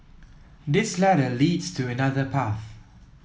this ladder leads to another path